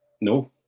No